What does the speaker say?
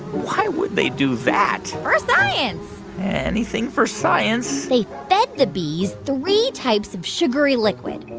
why would they do that? for science anything for science they fed the bees three types of sugary liquid.